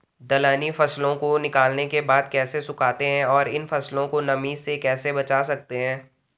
दलहनी फसलों को निकालने के बाद कैसे सुखाते हैं और इन फसलों को नमी से कैसे बचा सकते हैं?